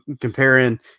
comparing